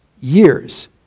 years